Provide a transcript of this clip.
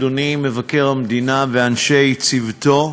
אדוני מבקר המדינה ואנשי צוותו,